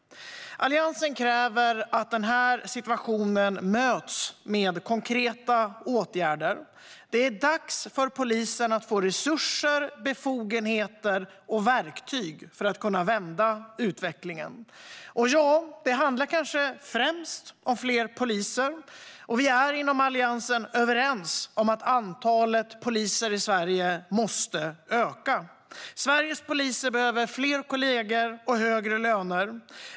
Alliansen kräver att den här situationen möts med konkreta åtgärder. Det är dags för polisen att få resurser, befogenheter och verktyg för att kunna vända utvecklingen. Och ja, det handlar kanske främst om fler poliser, och vi är inom Alliansen överens om att antalet poliser i Sverige måste öka. Sveriges poliser behöver fler kollegor och högre löner.